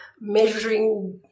measuring